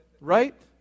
Right